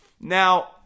Now